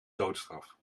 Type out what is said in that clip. doodstraf